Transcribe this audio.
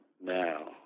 now